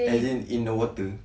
as in in the water